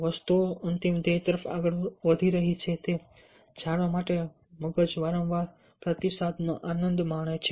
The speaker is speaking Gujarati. વસ્તુઓ અંતિમ ધ્યેય તરફ આગળ વધી રહી છે તે જણાવવા માટે મગજ વારંવાર પ્રતિસાદનો આનંદ માણે છે